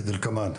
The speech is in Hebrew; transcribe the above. כדלקמן,